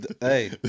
hey